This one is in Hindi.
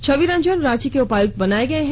छविरंजन रांची के उपायुक्त बनाये गये हैं